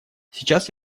сейчас